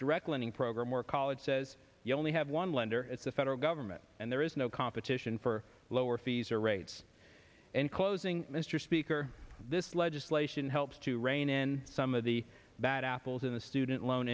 direct lending program where college says you only have one lender it's the federal government and there is no competition for lower fees or rates and closing mr speaker this legislation helps to rein in some of the bad apples in the student loan